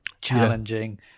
challenging